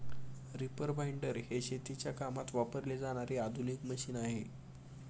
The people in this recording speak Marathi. रीपर बाइंडर हे शेतीच्या कामात वापरले जाणारे आधुनिक मशीन आहे